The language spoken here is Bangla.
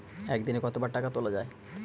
একদিনে কতবার টাকা তোলা য়ায়?